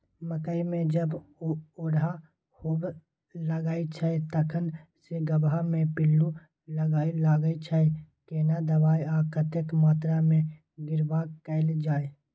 मकई मे जब ओरहा होबय लागय छै तखन से गबहा मे पिल्लू लागय लागय छै, केना दबाय आ कतेक मात्रा मे छिरकाव कैल जाय?